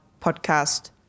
podcast